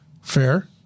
Fair